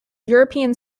european